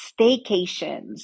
staycations